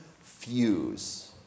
fuse